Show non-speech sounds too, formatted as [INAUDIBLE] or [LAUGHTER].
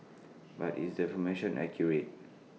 [NOISE] but is the information accurate